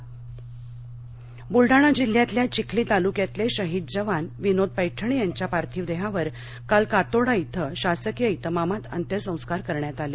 शहिद बलडाणा ब्लडाणा जिल्हयातल्या चिखली तालुक्यातले शहीद जवान विनोद पैठणे यांच्या पार्थिव देहावर काल कातोडा इथं शासकीय इतमामात अंत्यसंस्कार करण्यात आले